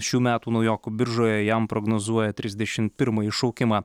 šių metų naujokų biržoje jam prognozuoja trisdešim pirmąjį šaukimą